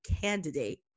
candidate